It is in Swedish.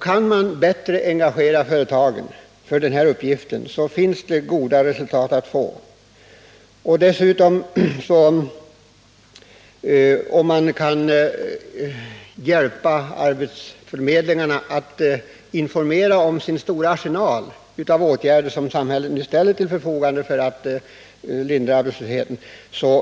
Kan man engagera företagen mera i den verksamheten, så kommer man att kunna uppnå goda resultat. Om man dessutom kan hjälpa arbetsförmedlingarna att informera om den stora arsenal av åtgärder som samhället nu ställer till förfogande för att minska arbetslösheten,